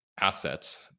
assets